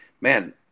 man